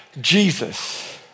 Jesus